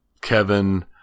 Kevin